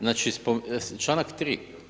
Znači članak 3.